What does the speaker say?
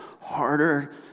harder